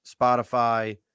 Spotify